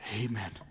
Amen